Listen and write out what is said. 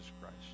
Christ